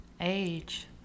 age